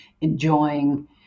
enjoying